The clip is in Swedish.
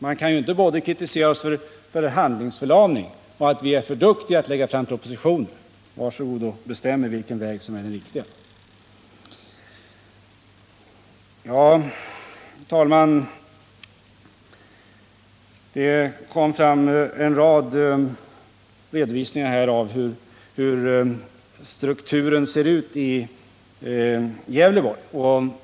Man kan ju inte både kritisera oss för handlingsförlamning och för att vi är för duktiga att lägga fram propositioner. Var så god och bestäm er för vilket som är det riktiga! Här har gjorts en rad redovisningar av näringsstrukturen i Gävleborg.